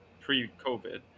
pre-COVID